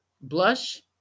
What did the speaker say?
Blush